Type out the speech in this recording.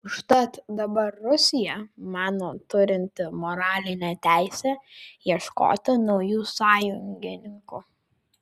užtat dabar rusija mano turinti moralinę teisę ieškoti naujų sąjungininkų